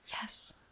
Yes